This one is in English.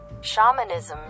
Shamanism